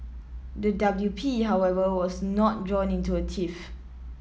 the W P However was not drawn into a tiff